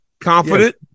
Confident